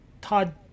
Todd